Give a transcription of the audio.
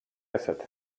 esat